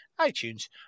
iTunes